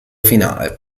finale